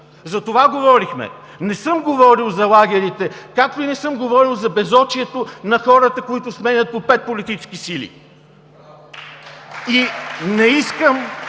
За това говорихме. Не съм говорил за лагерите, както не съм говорил за безочието на хората, които сменят по пет политически сили. (Ръкопляскания